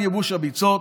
נבנה על ייבוש הביצות,